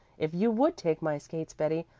if you would take my skates, betty.